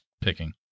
picking